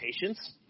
patience